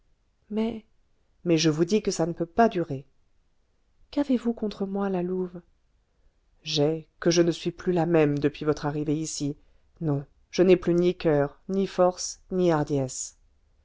mais mais je vous dis que ça ne peut pas durer qu'avez-vous contre moi la louve j'ai que je ne suis plus la même depuis votre arrivée ici non je n'ai plus ni coeur ni force ni hardiesse